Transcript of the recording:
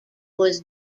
was